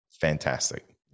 fantastic